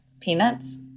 Peanuts